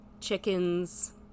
chickens